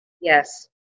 Yes